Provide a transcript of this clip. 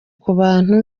kandi